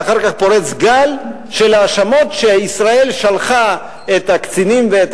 ואחר כך פורץ גל של האשמות שישראל שלחה את הקצינים ואת